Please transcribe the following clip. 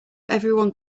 everyone